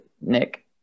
Nick